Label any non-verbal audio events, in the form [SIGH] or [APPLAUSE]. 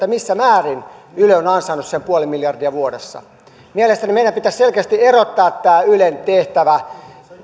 [UNINTELLIGIBLE] missä määrin yle on ansainnut sen puoli miljardia vuodessa mielestäni meidän pitäisi selkeästi erottaa tämä ylen tehtävä